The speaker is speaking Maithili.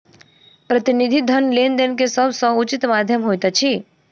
प्रतिनिधि धन लेन देन के सभ सॅ उचित माध्यम होइत अछि